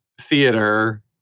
theater